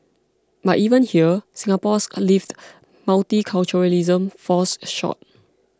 but even here Singapore's lived multiculturalism falls short